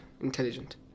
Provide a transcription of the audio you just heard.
intelligent